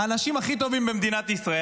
האנשים הכי טובים במדינת ישראל.